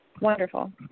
Wonderful